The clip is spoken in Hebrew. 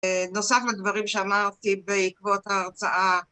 נוסף לדברים שאמרתי בעקבות ההרצאה